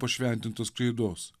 pašventintos kreidos